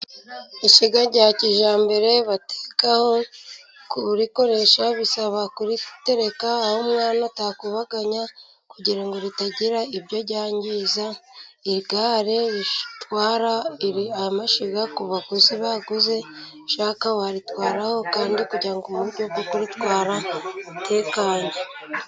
Ishyiga rya kijyambere batekaho. Kurikoresha bisaba kuritereka aho umwana atakubaganya, kugira ngo ritagira ibyo ryangiza. Igare ritwara amashyiga ku baguzi baguze, ushaka waritwaraho kandi kugira ngo ni uburyo bwo kuritwara utekanye.